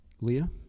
Leah